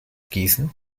gießen